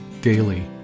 daily